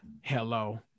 Hello